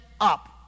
up